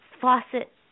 faucet